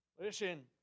Listen